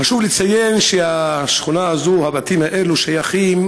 חשוב לציין שהשכונה הזאת, הבתים האלה שייכים